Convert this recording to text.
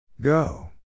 Go